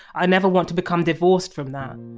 i never want to become divorced from that